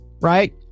right